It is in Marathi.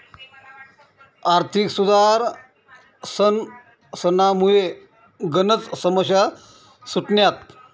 आर्थिक सुधारसनामुये गनच समस्या सुटण्यात